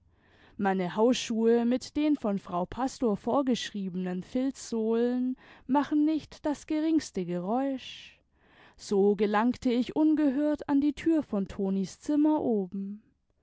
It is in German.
meine hausschuhe mit den von frau pastor vorgeschriebenen filzsohlen machen nicht das geringste geräusch so gelangte ich ungehört an die tür von tonis zimmer oben